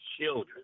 children